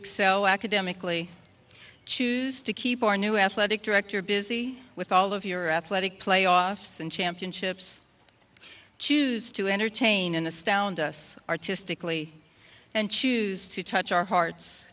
excel academically choose to keep your new athletic director busy with all of your athletic playoffs and championships choose to entertain and astound us artistically and choose to touch our hearts